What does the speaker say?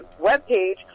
webpage